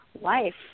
life